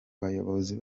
abayobozi